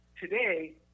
Today